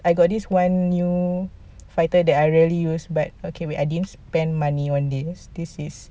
I got this one new fighter that I rarely use but okay wait I didn't spend money on this this is